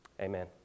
amen